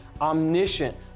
omniscient